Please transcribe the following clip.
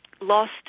lost